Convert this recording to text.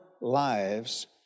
lives